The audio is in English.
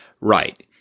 right